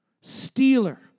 stealer